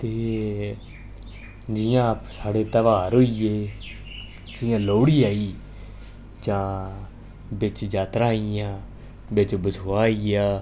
ते जियां साढ़े त्यहार होई गे जियां लोह्ड़ी आई गेई जां बिच्च जात्तरां आई गेइयां बिच्च बसोआ आई गेआ